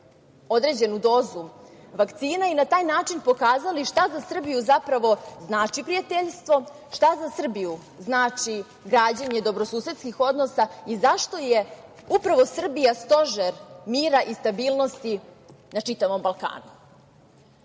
određenu dozu vakcina i na taj način pokazali šta za Srbiju znači prijateljstvo, šta za Srbiju znači građenje dobrosusedskih odnosa i zašto je upravo Srbija stožer mira i stabilnosti na čitavom Balkanu. Kada